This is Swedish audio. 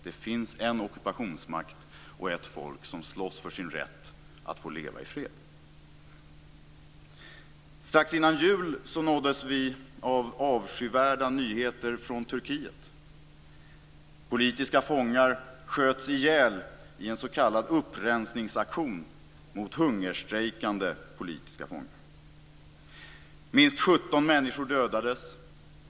Det finns en ockupationsmakt och ett folk som slåss för sin rätt att få leva i fred. Strax före jul nåddes vi av avskyvärda nyheter från Turkiet. Politiska fångar sköts ihjäl i en s.k. upprensningsaktion mot hungerstrejkande politiska fångar. Minst 17 människor dödades.